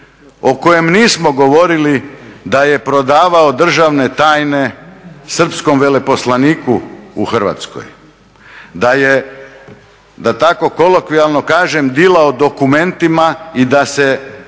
o kojem nismo govorili da je prodavao državne tajne srpskom veleposlaniku u Hrvatskoj, da je da tako kolokvijalno kažem dilao dokumentima i da se